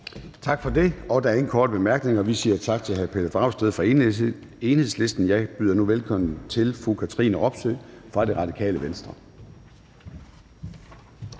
Tak for det. Der er ingen korte bemærkninger. Vi siger tak til hr. Pelle Dragsted fra Enhedslisten. Jeg byder nu velkommen til fru Katrine Robsøe fra Radikale Venstre.